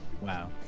Wow